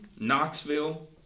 Knoxville